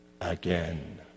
again